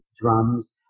drums